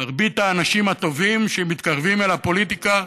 מרבית האנשים הטובים שמתקרבים אל הפוליטיקה,